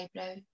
eyebrow